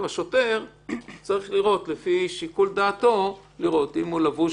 השוטר צריך לראות לפי שיקול דעתו אם הוא לבוש